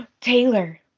Taylor